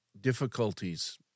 difficulties